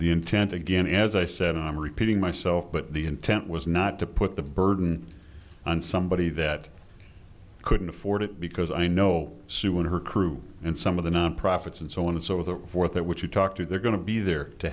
the intent again as i said i'm repeating myself but the intent was not to put the burden on somebody that couldn't afford it because i know sue and her crew and some of the non profits and so on and so the forth that which you talk to they're going to be there to